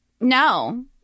no